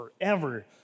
forever